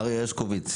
אריה הרשקוביץ,